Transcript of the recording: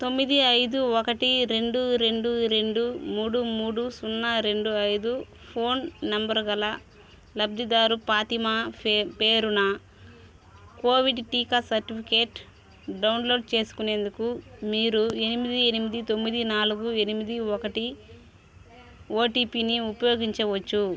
తొమ్మిది ఐదు ఒకటి రెండు రెండు రెండు మూడు మూడు సున్నా రెండు ఐదు ఫోన్ నెంబర్ గల లబ్ధిదారు ఫాతిమా పే పేరున కోవిడ్ టీకా సర్టిఫికెట్ డౌన్లోడ్ చేసుకునేందుకు మీరు ఎనిమిది ఎనిమిది తొమ్మిది నాలుగు ఎనిమిది ఒకటి ఓటీపిని ఉపయోగించవచ్చు